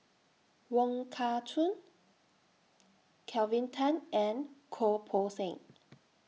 Wong Kah Chun Kelvin Tan and Goh Poh Seng